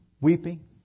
weeping